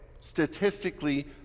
Statistically